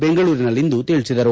ಬೆಂಗಳೂರಿನಲ್ಲಿಂದು ತಿಳಿಸಿದರು